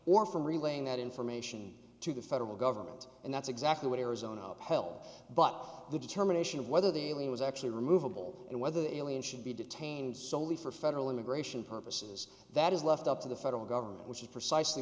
relaying that information to the federal government and that's exactly what arizona held but the determination of whether the alien was actually removable and whether the alien should be detained solely for federal immigration purposes that is left up to the federal government which is precisely